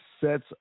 sets